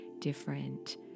different